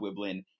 Wiblin